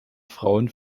frauen